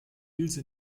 ilse